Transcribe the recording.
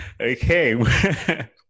Okay